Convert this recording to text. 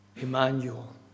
Emmanuel